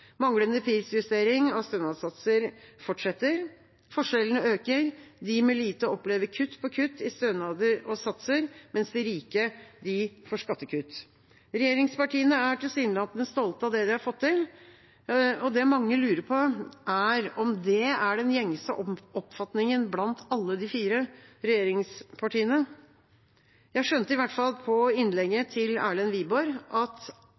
Manglende prisjustering av stønadssatser fortsetter. Forskjellene øker. De med lite opplever kutt på kutt i stønader og satser, mens de rike får skattekutt. Regjeringspartiene er tilsynelatende stolte av det de har fått til. Det mange lurer på, er om det er den gjengse oppfatningen blant alle de fire regjeringspartiene. Jeg skjønte i hvert fall på innlegget til Erlend Wiborg at